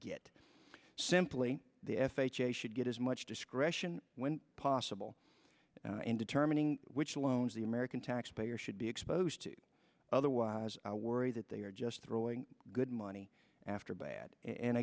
get simply the f h a should get as much discretion when possible in determining which loans the american taxpayer should be exposed to otherwise i worry that they are just throwing good money after bad and